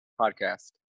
podcast